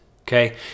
okay